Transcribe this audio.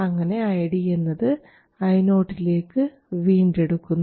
അങ്ങനെ ID എന്നത് Io ലേക്ക് വീണ്ടെടുക്കുന്നു